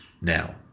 Now